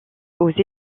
aux